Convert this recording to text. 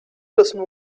doesn’t